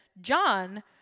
John